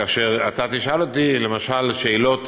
כאשר אתה תשאל אותי למשל שאלות